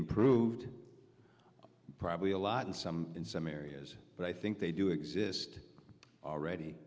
improved probably a lot in some in some areas but i think they do exist